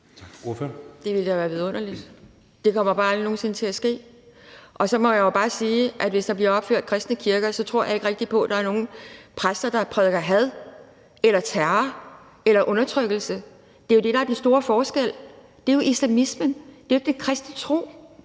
Det ville da være vidunderligt. Det kommer bare aldrig nogen sinde til at ske. Så må jeg jo bare sige, at jeg, hvis der bliver opført kristne kirker, så ikke rigtig tror på, at der er nogen præster, der prædiker had, terror eller undertrykkelse. Det er jo det, der er den store forskel. Det er jo islamismen. Det er jo ikke den kristne tro.